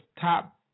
top